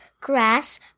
grass